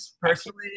personally